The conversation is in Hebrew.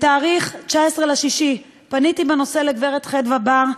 ב-19 ביוני פניתי בנושא לגברת חדוה בר,